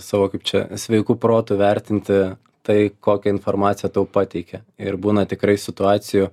savo kaip čia sveiku protu vertinti tai kokią informaciją tau pateikia ir būna tikrai situacijų